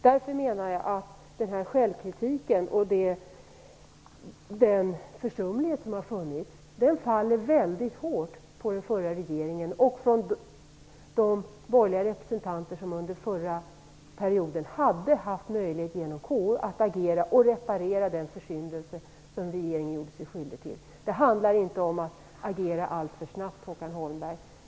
Därför menar jag att självkritiken och försumligheten faller väldigt hårt på den förra regeringen och på de borgerliga representanter som under förra mandatperioden hade möjlighet att genom KU agera och reparera den försyndelse som regeringen gjorde sig skyldig till. Det handlade inte om att agera alltför snabbt, Håkan Holmberg.